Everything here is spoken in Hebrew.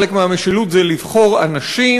חלק מהמשילות זה לבחור אנשים,